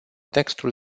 textul